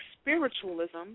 spiritualism